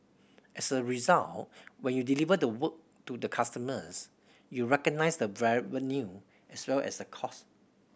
as a result when you deliver the work to the customers you recognise the revenue as well as the cost